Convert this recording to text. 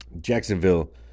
Jacksonville